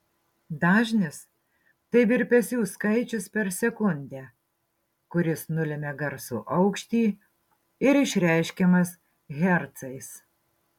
dažnis tai virpesių skaičius per sekundę kuris nulemia garso aukštį ir išreiškiamas hercais